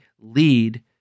lead